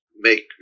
make